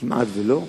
כמעט לא,